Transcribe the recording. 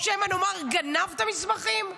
או שמא נאמר, גנב את המסמכים.